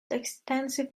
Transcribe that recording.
extensive